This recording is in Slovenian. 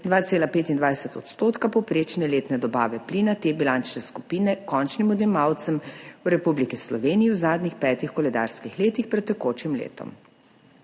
2,25 % povprečne letne dobave plina te bilančne skupine končnim odjemalcem v Republiki Sloveniji v zadnjih petih koledarskih letih pred tekočim letom.